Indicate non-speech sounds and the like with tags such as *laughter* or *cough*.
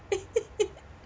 *laughs*